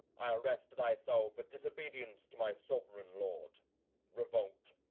i arrest thy soul for disobedience to my sovereign lord revolt,